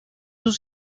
sus